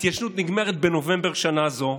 ההתיישנות נגמרת בנובמבר שנה זו,